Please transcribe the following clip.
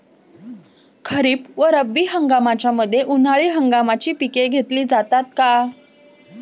खरीप व रब्बी हंगामाच्या मध्ये उन्हाळी हंगामाची पिके घेतली जातात का?